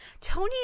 Tony